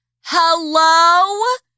Hello